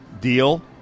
deal